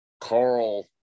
Carl